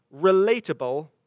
relatable